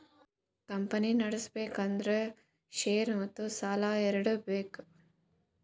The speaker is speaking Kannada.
ಕಂಪನಿ ನಡುಸ್ಬೆಕ್ ಅಂದುರ್ ಶೇರ್ ಮತ್ತ ಸಾಲಾ ಎರಡು ಬೇಕ್